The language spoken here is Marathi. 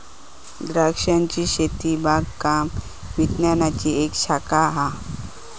द्रांक्षांची शेती बागकाम विज्ञानाची एक शाखा हा